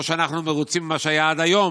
לא שאנחנו מרוצים ממה שהיה עד היום,